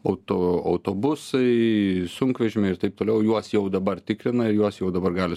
auto autobusai sunkvežimiai ir taip toliau juos jau dabar tikrina ir juos jau dabar gali